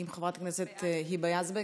עם חברת כנסת היבה יזבק,